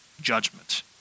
judgment